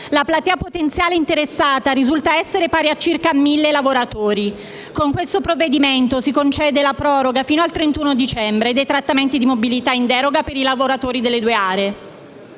La platea potenziale interessata risulta essere pari a circa 1.000 lavoratori. Con questo provvedimento si concede la proroga fino al 31 dicembre dei trattamenti di mobilità in deroga per i lavoratori delle due aree.